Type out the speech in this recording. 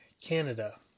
Canada